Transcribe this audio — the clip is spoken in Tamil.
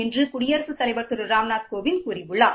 என்று குடியரசுத் தலைவர் திரு ராம்நாத் கோவிந்த் கூறியுள்ளார்